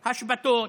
השבתות,